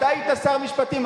אתה היית שר המשפטים,